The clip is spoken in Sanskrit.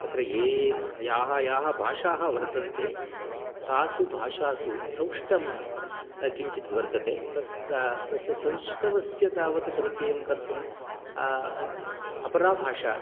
तत्र ये याः याः भाषाः वर्तन्ते तासु भाषासु सौष्टं किञ्चिद्वर्तते तस्य सौष्टवस्य तावत् परिचयं कर्तुं अपरा भाषा